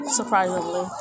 Surprisingly